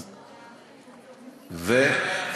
חניה,